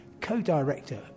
co-director